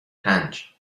پنج